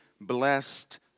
blessed